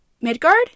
Midgard